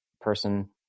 person